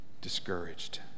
discouraged